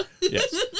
Yes